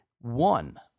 One